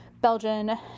Belgian